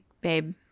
babe